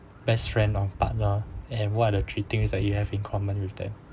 best friend or partner and what are the three things that you have in common with them